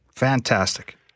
fantastic